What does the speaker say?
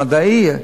המדעי,